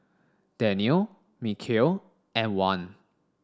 Danial Mikhail and Wan